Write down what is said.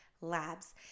Labs